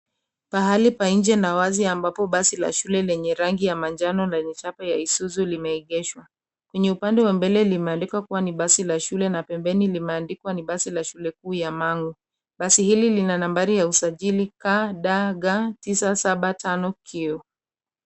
Pahali pa nje na wazi ambapo basi la shule lenye rangi ya manjano na yenye chapa ya Isuzu limeegeshwa. Kwenye upande wa mbele limeandikwa ni basi la shule na pembeni limeandikwa ni basi la shule kuu ya Mang'u. Basi hili lina nambari ya usajili KDG 975Q .